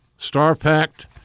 Star-packed